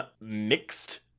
mixed